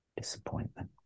disappointment